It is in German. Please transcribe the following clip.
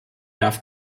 darf